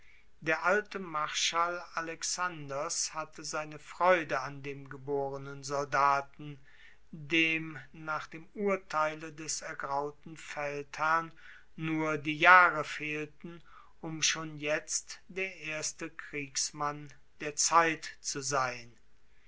der alte marschall alexanders hatte seine freude an dem geborenen soldaten dem nach dem urteile des ergrauten feldherrn nur die jahre fehlten um schon jetzt der erste kriegsmann der zeit zu sein